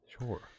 Sure